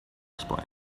explain